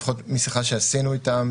לפחות משיחה שעשינו איתם,